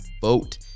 vote